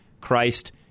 Christ